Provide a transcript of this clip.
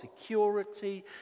security